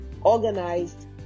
organized